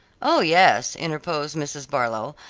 oh, yes, interposed mrs. barlow,